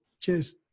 Cheers